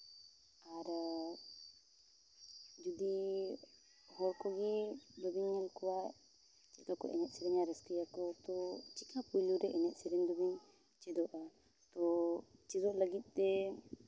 ᱟᱨ ᱡᱩᱫᱤ ᱦᱚᱲ ᱠᱚᱜᱮ ᱡᱩᱫᱤᱧ ᱧᱮᱞ ᱠᱚᱣᱟ ᱪᱮᱫᱞᱮᱠᱟ ᱠᱚ ᱮᱱᱮᱡ ᱥᱮᱨᱮᱧᱟ ᱨᱟᱹᱥᱠᱟᱹᱭᱟᱠᱚ ᱛᱚ ᱪᱮᱠᱟ ᱯᱳᱭᱞᱳ ᱨᱮ ᱮᱱᱮᱡ ᱥᱮᱨᱮᱧ ᱫᱚᱵᱚᱱ ᱪᱮᱫᱚᱜᱼᱟ ᱛᱚ ᱪᱮᱫᱚᱜ ᱞᱟᱹᱜᱤᱫ ᱛᱮ